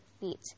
feet